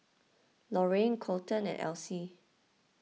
Lorayne Kolten and Elsie